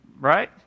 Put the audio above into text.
right